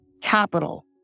capital